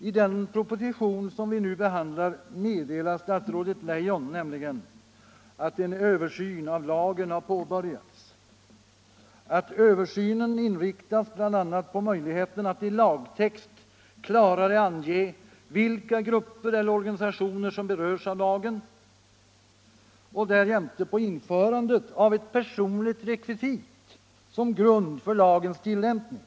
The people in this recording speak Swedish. I den proposition som vi nu behandlar meddelar nämligen statsrådet Leijon att en översyn av lagen har påbörjats, att översynen inriktas bl.a. på möjligheten att i lagtext klarare ange vilka grupper eller organisationer som berörs av lagen och därjämte på in Nr 78 förandet av ett personligt rekvisit som grund för lagens tillämpning.